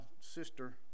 sister